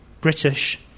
British